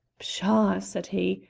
psha! said he.